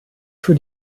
für